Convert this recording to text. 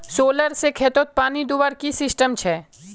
Solar से खेतोत पानी दुबार की सिस्टम छे?